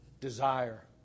desire